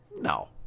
No